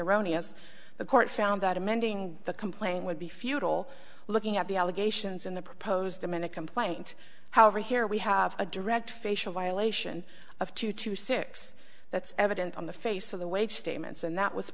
erroneous the court found that amending the complaint would be futile looking at the allegations in the proposed them in a complaint however here we have a direct facial violation of two to six that's evident on the face of the wave statements and that was